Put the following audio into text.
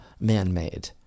man-made